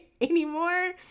anymore